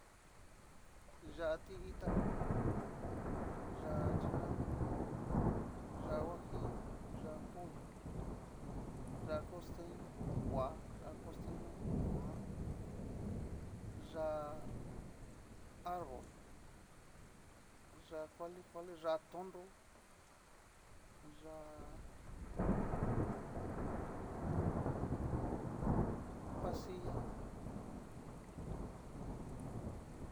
Yá'a ti itá, yá'a chinango, yá'a huajillo, yá'a polla, yá'a costello koa, yá'a costeño kuan, yá'a arbol, yá'a kuali kuali yá'a tonnro, yá'a pasilla.